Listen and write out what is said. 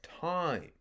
time